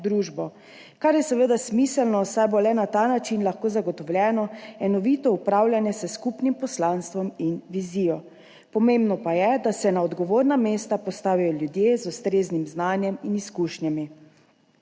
družbo, kar je seveda smiselno, saj bo le na ta način lahko zagotovljeno enovito upravljanje s skupnim poslanstvom in vizijo. Pomembno pa je, da se na odgovorna mesta postavi ljudi z ustreznim znanjem in izkušnjami.